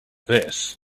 this